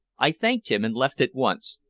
i thanked him and left at once,